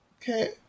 okay